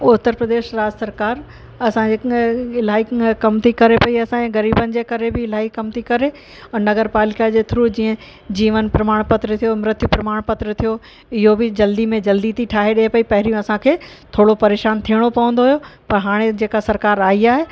उतर प्रदेश राज सरकार असांजे इलाही कम थी करे पई असांजे ग़रीबनि जे करे बि इलाही कम थी करे और नगरपालिका जे थ्रू जीअं जीवन प्रमाण पत्र थियो मृत्यु प्रमाण पत्र थियो इहो बि जल्दी में जल्दी थी ठाहे ॾिए पई पहिरियों असांखे थोरो परेशानु थियणो पवंदो हुयो पर हाणे जेका सरकार आई आहे